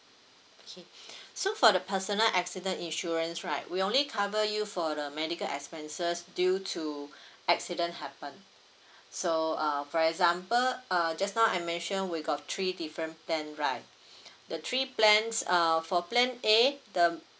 okay so for the personal accident insurance right we only cover you for the medical expenses due to accident happened so uh for example uh just now I mentioned we got three different plan right the three plans err for plan A the